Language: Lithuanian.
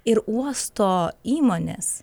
ir uosto įmonės